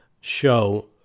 show